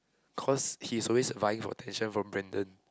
cause he's always vying for attention from Brandon